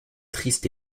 triste